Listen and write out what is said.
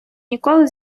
ніколи